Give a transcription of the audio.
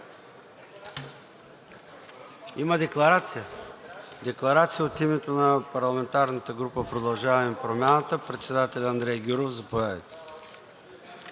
Има декларация? Декларация от името на парламентарната група „Продължаваме Промяната“ – председателят Андрей Гюров, заповядайте.